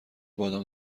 بادام